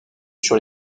sur